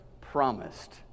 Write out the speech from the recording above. promised